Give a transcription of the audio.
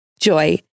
Joy